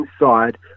Inside